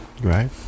Right